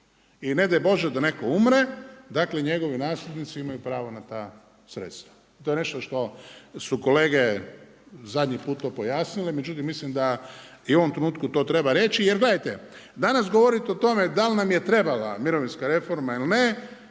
I ne daj Bože da netko umre, dakle njegovi nasljednici imaju prava na ta sredstva. To je nešto što su kolege zadnji put pojasnile, međutim, mislim da i u ovom trenutku to treba reći. Jer gledajte, danas govorit o tome da li nam je trebala mirovinska reforma ili ne,